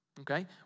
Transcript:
okay